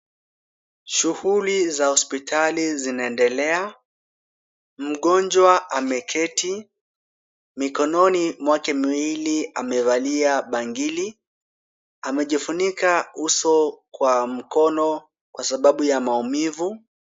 Shughuli za hospitali zinaendelea. Mgonjwa ameketi. Mikononi mwake miwili amevalia bangili. Amejifunika uso kwa mkono kwasababu ya maumivu.